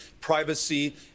privacy